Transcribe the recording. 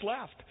left